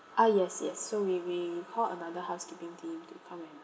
ah yes yes so we we called another housekeeping team to come and